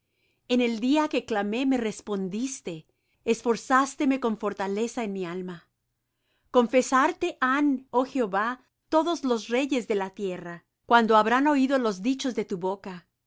en el día que clamé me respondiste esforzásteme con fortaleza en mi alma confesarte han oh jehová todos los reyes de la tierra cuando habrán oído los dichos de tu boca y